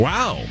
Wow